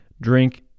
drink